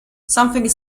something